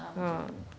ah